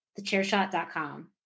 TheChairShot.com